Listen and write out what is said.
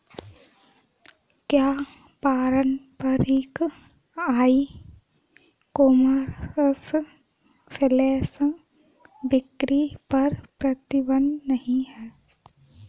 क्या पारंपरिक e commerce flash बिक्री पर प्रतिबंध नहीं है?